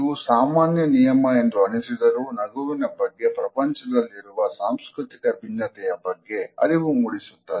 ಇವು ಸಾಮಾನ್ಯ ನಿಯಮ ಎಂದು ಅನಿಸಿದರೂ ನಗುವಿನ ಬಗ್ಗೆ ಪ್ರಪಂಚದಲ್ಲಿರುವ ಸಾಂಸ್ಕೃತಿಕ ಭಿನ್ನತೆಯ ಬಗ್ಗೆ ಅರಿವು ಮೂಡಿಸುತ್ತದೆ